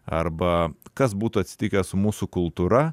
arba kas būtų atsitikę su mūsų kultūra